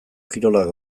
kirolak